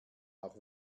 auch